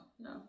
no